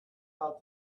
out